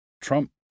Trump